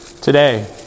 Today